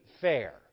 fair